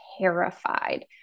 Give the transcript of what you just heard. terrified